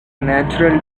natural